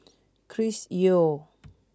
Chris Yeo